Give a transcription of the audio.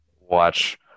Watch